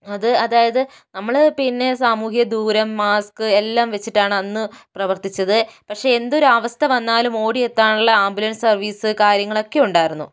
അത് അതായത് നമ്മൾ പിന്നെ സാമൂഹ്യദൂരം മാസ്ക് എല്ലാം വെച്ചിട്ടാണ് അന്ന് പ്രവർത്തിച്ചത് പക്ഷെ എന്തൊരു അവസ്ഥ വന്നാലും ഓടിയെത്താനുള്ള ആംബുലൻസ് സർവ്വീസ് കാര്യങ്ങൾ ഒക്കെ ഉണ്ടായിരുന്നു